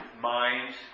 mind